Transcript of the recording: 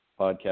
podcast